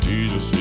Jesus